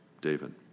David